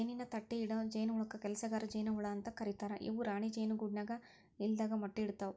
ಜೇನಿನ ತಟ್ಟಿಇಡೊ ಜೇನಹುಳಕ್ಕ ಕೆಲಸಗಾರ ಜೇನ ಹುಳ ಅಂತ ಕರೇತಾರ ಇವು ರಾಣಿ ಜೇನು ಗೂಡಿನ್ಯಾಗ ಇಲ್ಲದಾಗ ಮೊಟ್ಟಿ ಇಡ್ತವಾ